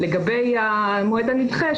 לגבי המועד הנדחה,